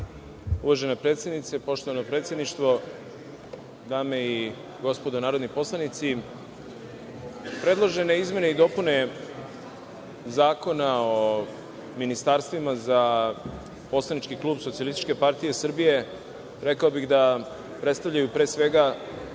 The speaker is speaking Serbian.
predsednice, poštovano predsedništvo, dame i gospodo narodni poslanici, predložene izmene i dopune Zakona o ministarstvima za poslanički klub SPS rekao bih da predstavljaju pre svega